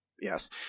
yes